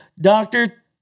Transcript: doctor